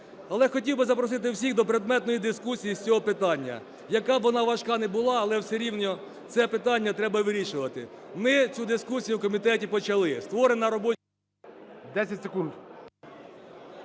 Але хотів би запросити всіх до предметної дискусії з цього питання. Яка б вона важка не була, але все рівно це питання треба вирішувати. Ми цю дискусію в комітеті почали. Створена робоча… ГОЛОВУЮЧИЙ. 10 секунд.